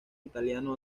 italiano